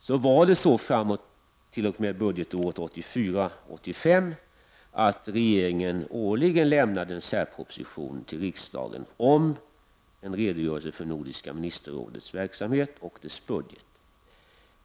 T.o.m. budgetåret 1984/85 lämnade regeringen årligen i en särproposition till riksdagen en redogörelse för Nordiska ministerrådets verksamhet och dess budget.